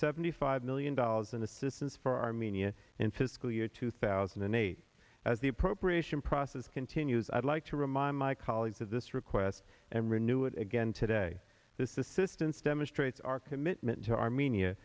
seventy five million dollars in assistance for armenia in fiscal year two thousand and eight as the appropriation process continues i'd like to remind my colleagues of this request and renew it again today this is systems demonstrates our commitment to armenia